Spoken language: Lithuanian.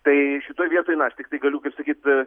tai šitoj vietoj na aš tiktai galiu kaip sakyt